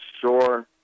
sure